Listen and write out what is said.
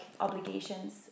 obligations